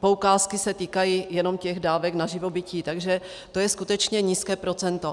poukázky se týkají jenom těch dávek na živobytí, takže to je skutečně nízké procento.